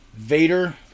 Vader